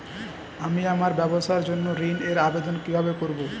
আমি আমার ব্যবসার জন্য ঋণ এর আবেদন কিভাবে করব?